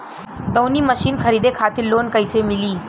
दऊनी मशीन खरीदे खातिर लोन कइसे मिली?